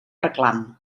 reclam